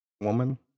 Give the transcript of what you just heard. woman